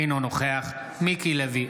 אינו נוכח מיקי לוי,